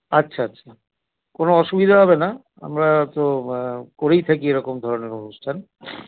আচ্ছা আচ্ছা কোনো অসুবিধা হবে না আমরা তো করেই থাকি এরকম ধরনের অনুষ্ঠান